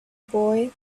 boy